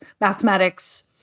mathematics